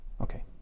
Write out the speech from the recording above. Okay